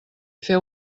feu